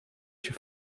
się